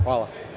Hvala.